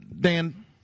Dan